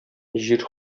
җир